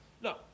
No